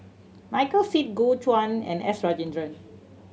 Michael Seet Gu Juan and S Rajendran